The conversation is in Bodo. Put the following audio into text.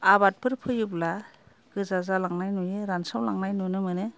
आबादफोर फोयोब्ला गोजा जालांनाय नुयो रानस्रावलांनाय नुनो मोनो